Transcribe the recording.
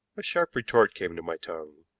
a sharp retort came to my tongue,